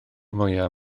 mwyaf